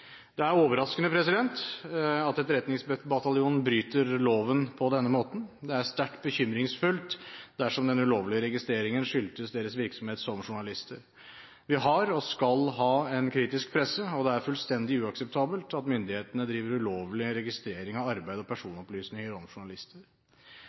Det er overraskende at Etterretningsbataljonen bryter loven på denne måten. Det er sterkt bekymringsfullt dersom den ulovlige registreringen skyldtes deres journalistiske virksomhet. Vi har, og skal ha, en kritisk presse, og det er fullstendig uakseptabelt at myndighetene driver ulovlig registrering av arbeid og